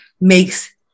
Makes